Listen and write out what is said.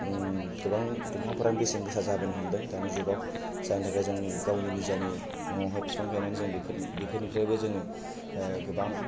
गोबां दंफां फोरानो बेसेन गोसा जाबोनो हमदों दानि जुगाव जायनि थाखाय जों गावनि निजानि न'आव हाय बिफां गायनानै जों बेफोरनिफ्रायबो जोंओ गोबां